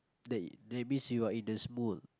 that that means you're in the Smule